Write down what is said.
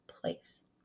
place